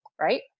Right